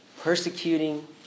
persecuting